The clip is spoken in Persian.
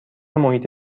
محیط